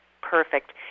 perfect